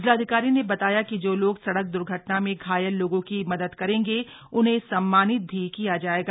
जिलाधिकारी ने बताया कि जो लोग सड़क द्र्घटना में घायल लोगों की मदद करेंगे उन्हें सम्मानित भी किया जाएगा